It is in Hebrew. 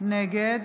נגד